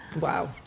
Wow